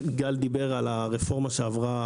גל דיבר על הרפורמה שעברה